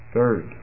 Third